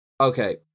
okay